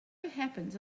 happens